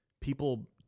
people